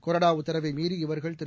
கொறடா உத்தரவை மீறி இவர்கள் திரு